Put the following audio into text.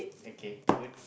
okay good